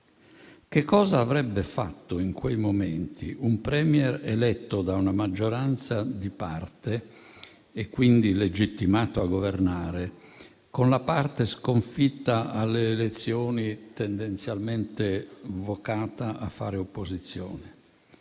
Che cosa avrebbe fatto in quei momenti un *Premier* eletto da una maggioranza di parte e quindi legittimato a governare con la parte sconfitta alle elezioni, tendenzialmente vocata a fare opposizione?